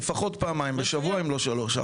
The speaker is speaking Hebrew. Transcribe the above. לפחות פעמיים בשבוע, אם לא שלוש-ארבע.